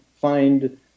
find